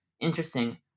interesting